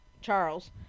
Charles